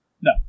No